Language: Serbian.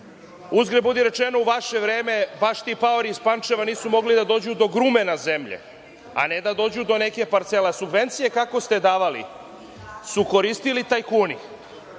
ne? Uzgred, budi rečeno, u vaše vreme vaši paori iz Pančeva nisu mogli da dođu do grumena zemlje, a ne da dođu do neke parcele. Subvencije kakve ste davali su koristili tajkuni